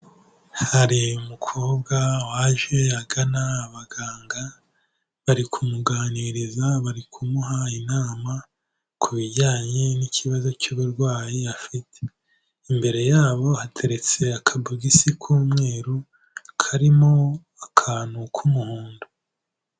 Hari umukobwa waje agana abaganga, bari kumuganiriza, bari kumuha inama ku bijyanye n'ikibazo cy'uburwayi afite, imbere yabo hateretse akabogisi k'umweru, karimo akantu k'umuhondo.